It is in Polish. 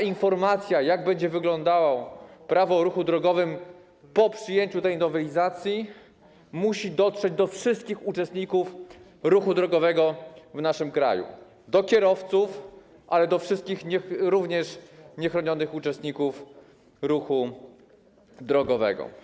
Informacja o tym, jak będzie wyglądało Prawo o ruchu drogowym po przyjęciu tej nowelizacji, musi dotrzeć do wszystkich uczestników ruchu drogowego w naszym kraju, do kierowców, ale i do wszystkich niechronionych uczestników ruchu drogowego.